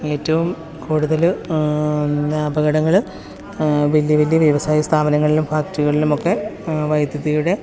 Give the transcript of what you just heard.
ഏറ്റവും കൂടുതൽ എന്താണ് അപകടങ്ങൾ വലിയ വലിയ വ്യവസായ സ്ഥാപനങ്ങളിലും പാർട്ടികളിലുമൊക്കെ വൈദ്യുതിയുടെ